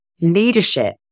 Leadership